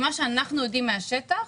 מה שאנו יודעים מהשטח,